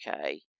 Okay